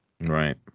Right